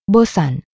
Bosan